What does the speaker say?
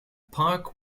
park